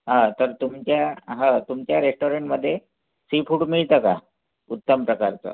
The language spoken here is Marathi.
तर तुमच्या तुमच्या रेस्टॉरेंटमध्ये सी फूड मिळतं का उत्तम प्रकारचं